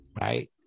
right